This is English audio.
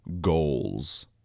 goals